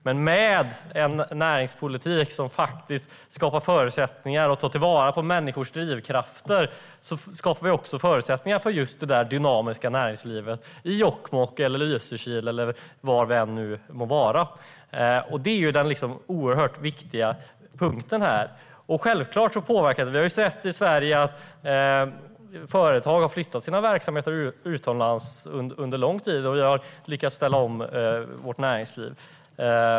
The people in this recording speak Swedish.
Men med en näringspolitik som faktiskt skapar förutsättningar för att ta till vara människors drivkrafter skapar vi också förutsättningar för just det där dynamiska näringslivet i Jokkmokk, Lysekil eller var vi än må vara. Det är den oerhört viktiga punkten här. Självklart påverkar det. Vi har under lång tid sett att företag i Sverige har flyttat sina verksamheter utomlands, och vi har lyckats ställa om vårt näringsliv.